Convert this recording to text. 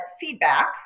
feedback